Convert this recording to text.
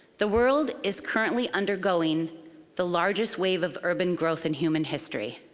the world is currently undergoing the largest wave of urban growth in human history.